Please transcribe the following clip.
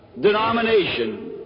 denomination